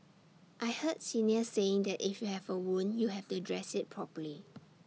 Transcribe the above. I heard seniors saying that if you have A wound you have to dress IT properly